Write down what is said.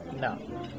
no